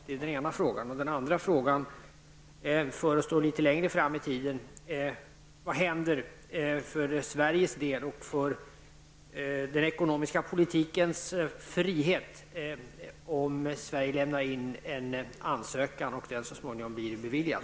En andra följdfråga avser vad som kommer att ske litet längre fram i tiden: Vad händer för Sveriges del och för den ekonomiska politikens frihet om Sverige lämnar in en ansökan och den så småningom blir beviljad?